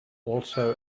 also